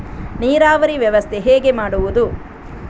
ನೀರಾವರಿ ವ್ಯವಸ್ಥೆ ಹೇಗೆ ಮಾಡುವುದು?